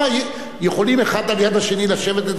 יכולים אחד ליד השני לשבת לדבר,